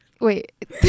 wait